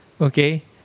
okay